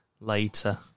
later